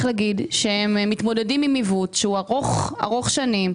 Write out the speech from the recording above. להגיד שהם מתמודדים עם עיוות שהוא ארוך שנים,